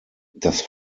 das